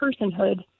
personhood